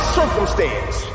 circumstance